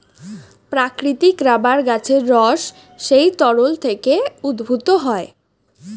প্রাকৃতিক রাবার গাছের রস সেই তরল থেকে উদ্ভূত হয়